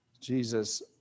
Jesus